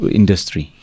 industry